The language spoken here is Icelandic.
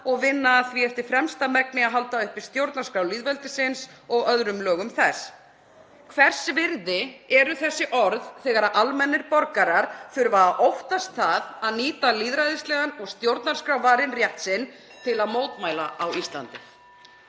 og vinna að því eftir fremsta megni að halda uppi stjórnarskrá lýðveldisins og öðrum lögum þess.“ Hvers virði eru þessi orð þegar almennir borgarar þurfa að óttast það að nýta lýðræðislegan og stjórnarskrárvarinn rétt sinn til að mótmæla á Íslandi?